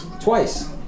Twice